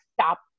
stop